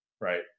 right